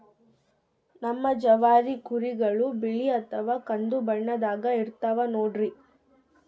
ನಮ್ ಜವಾರಿ ಕುರಿಗಳು ಬಿಳಿ ಅಥವಾ ಕಂದು ಬಣ್ಣದಾಗ ಇರ್ತವ ನೋಡ್ರಿ